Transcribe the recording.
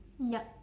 yup